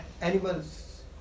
animals